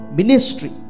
ministry